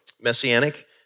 Messianic